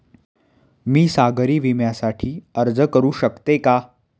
मी सागरी विम्यासाठी अर्ज करू शकते का?